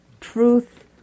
truth